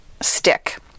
stick